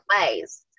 ways